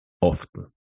often